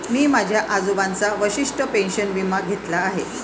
मी माझ्या आजोबांचा वशिष्ठ पेन्शन विमा घेतला आहे